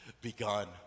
begun